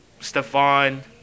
Stefan